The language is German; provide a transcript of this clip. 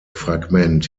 fragment